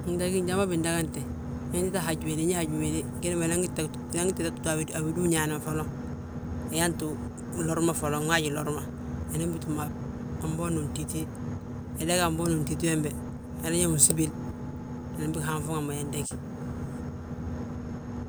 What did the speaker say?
Gdag'i njali ma bindagante, untita haj wéde, ndu uhaji wéde. Gwili ma unan gi títa yaata a wédu uñaane ma falon, uyaanti ulor folon, uwaaji ulor ma. Unan bi bitúm mo a bondu untíiti, udaga a bondu utíiti wembe, unan yaa unsibil, unan dúwaanŧe unan dagi.